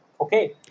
okay